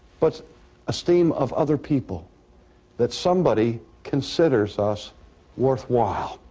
but esteem of other people that somebody considers us worthwhile.